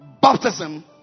baptism